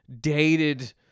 dated